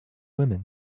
women